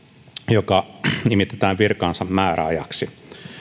joka nimitetään virkaansa määräajaksi